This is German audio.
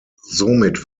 somit